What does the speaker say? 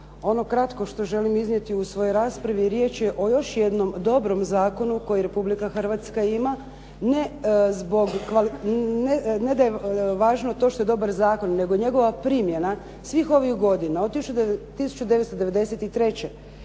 Ono kratko što želim iznijeti u svojoj raspravi, riječ je o još jednom dobrom zakonu koji Republika Hrvatska ima, ne da je važno to što je dobar zakon, nego njegova primjena svih ovih godina od 1993.